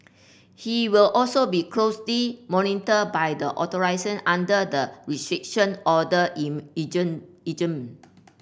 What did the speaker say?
he will also be closely monitored by the authorities under the Restriction Order in regime regime